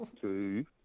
Two